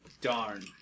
Darn